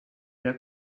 der